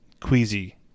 queasy